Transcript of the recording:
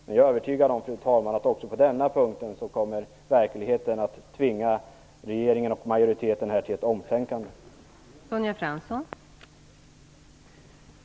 Jag är övertygad, fru talman, om att verkligheten kommer att tvinga regeringen och majoriteten att tänka om också på denna punkt.